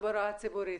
הציבורית.